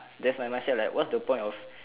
that's my mindset like what's the point of